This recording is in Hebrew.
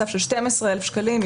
בסף של 12,000 שקלים.